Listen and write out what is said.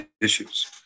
issues